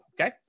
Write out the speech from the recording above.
okay